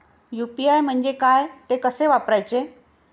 UPI म्हणजे काय, ते कसे वापरायचे?